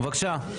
בבקשה.